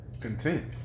Content